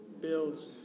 builds